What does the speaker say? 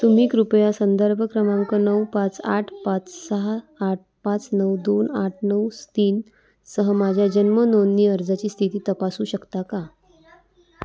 तुम्ही कृपया संदर्भ क्रमांक नऊ पाच आठ पाच सहा आठ पाच नऊ दोन आठ नऊ तीनसह माझ्या जन्मनोंदणी अर्जाची स्थिती तपासू शकता का